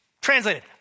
translated